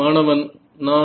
மாணவன் நான்